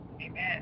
Amen